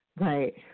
Right